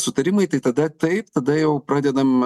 sutarimai tai tada taip tada jau pradedam